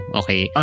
okay